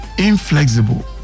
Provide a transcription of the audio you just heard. Inflexible